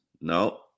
No